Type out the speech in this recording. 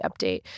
update